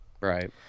Right